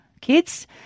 kids